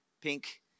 pink